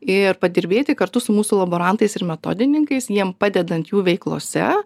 ir padirbėti kartu su mūsų laborantais ir metodininkais jiem padedant jų veiklose